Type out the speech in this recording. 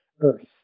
earth